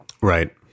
right